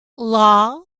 law